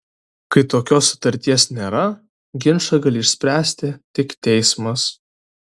kai tokios sutarties nėra ginčą gali išspręsti tik teismas